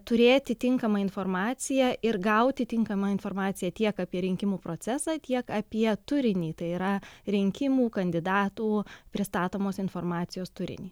turėti tinkamą informaciją ir gauti tinkamą informaciją tiek apie rinkimų procesą tiek apie turinį tai yra rinkimų kandidatų pristatomos informacijos turinį